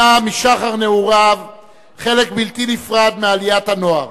היה משחר נעוריו חלק בלתי נפרד מעליית הנוער.